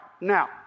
Now